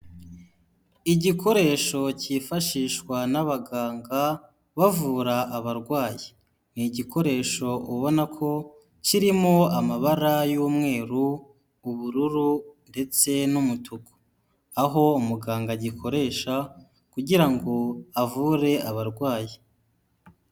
Igikoresho cyifashishwa n'abaganga, bavura abarwayi. Ni igikoresho ubona ko kirimo amabara y'umweru, ubururu ndetse n'umutuku. Aho umuganga agikoresha kugira ngo avure abarwayi.